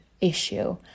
issue